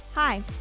Hi